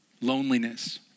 loneliness